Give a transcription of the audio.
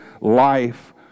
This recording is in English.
life